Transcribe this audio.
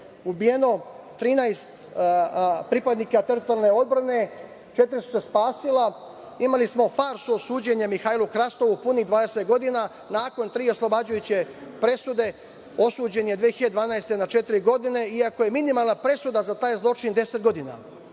ubijeno 13 pripadnika teritorijalne odbrane, četiri su se spasila. Imali smo farsu od suđenja Mihajlu Hrastovu punih 20 godina, nakon tri oslobađajuće presude osuđen je 2012. godine na četiri godine, iako je minimalna presuda za taj zločin deset godina.